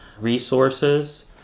resources